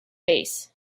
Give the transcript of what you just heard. bass